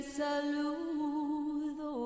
saludo